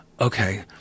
okay